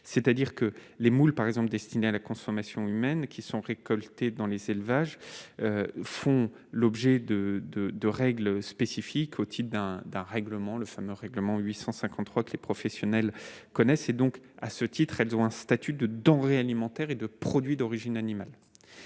c'est-à-dire que les moules, par exemple, destinés à la consommation humaine qui sont récoltés dans les élevages, font l'objet de de de règles spécifiques au type d'un d'un règlement, le fameux règlement 853 que les professionnels connaissent, et donc à ce titre, elles ont un statut de denrées alimentaires et de produits d'origine animale,